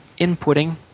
inputting